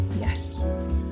Yes